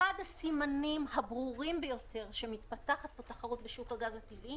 אחד הסימנים הברורים ביותר שמתפתחת תחרות בשוק הגז הטבעי